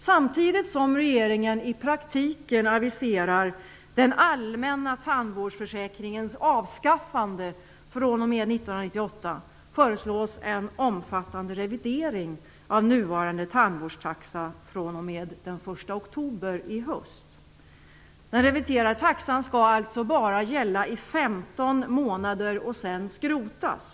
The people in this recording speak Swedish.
Samtidigt som regeringen i praktiken aviserar den allmänna tandvårdsförsäkringens avskaffande fr.o.m. år 1998 föreslås en omfattande revidering av nuvarande tandvårdstaxa fr.o.m. den 1 oktober i höst. Den reviderade taxan skall bara gälla i 15 månader och sedan skrotas.